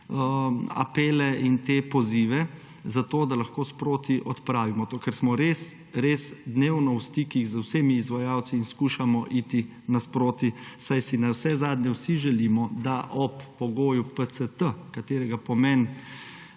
apele in te pozive, zato da lahko sproti odpravimo to, ker smo res res dnevno v stikih z vsemi izvajalci in skušamo iti nasproti. Saj si navsezadnje vsi želimo, da ob pogoju PCT, katerega pomen